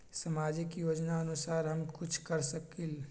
सामाजिक योजनानुसार हम कुछ कर सकील?